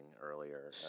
earlier